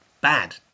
bad